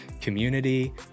community